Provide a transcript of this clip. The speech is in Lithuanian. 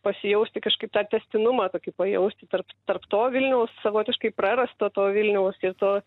pasijausti kažkaip tą tęstinumą tokį pajausti tarp tarp to vilniaus savotiškai prarasto to vilniaus ir to